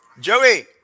Joey